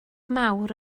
mawr